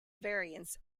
variants